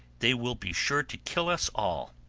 they will be sure to kill us all.